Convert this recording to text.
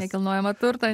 nekilnojamą turtą